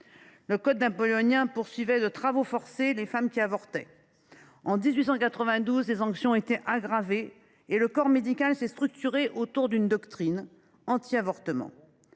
Le code napoléonien poursuivait ainsi de travaux forcés les femmes qui avortaient. En 1892, les sanctions ont été aggravées et le corps médical s’est structuré autour d’une doctrine antiavortement.